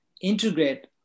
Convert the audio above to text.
integrate